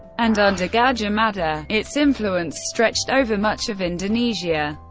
and under gajah mada, its influence stretched over much of indonesia.